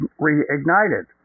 reignited